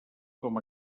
com